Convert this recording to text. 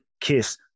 kiss